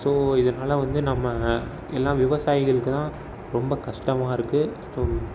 so இதனால் வந்து நம்ம எல்லாம் விவசாயிகளுக்கு தான் ரொம்ப கஷ்டமாக இருக்குது ஸோ